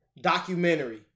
documentary